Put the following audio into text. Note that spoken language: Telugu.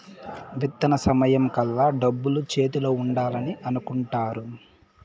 విత్తన సమయం కల్లా డబ్బులు చేతిలో ఉండాలని అనుకుంటారు